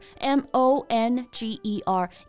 M-O-N-G-E-R